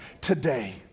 today